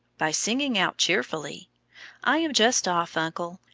by singing out cheerfully i am just off, uncle,